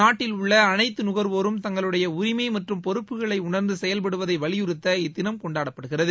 நாட்டில் உள்ள அனைத்து நுகர்வோரும் தங்களுடைய உரிமை மற்றும் பொறுப்பகளை உணர்ந்து செயல்படுவதை வலியுறுத்த இத்தினம் கொண்டாடப்படுகிறது